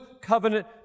covenant